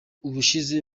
ubushize